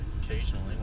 occasionally